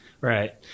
Right